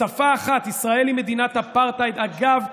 בשפה אחת: ישראל היא מדינת אפרטהייד, אגב,